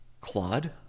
Claude